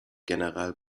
general